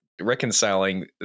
reconciling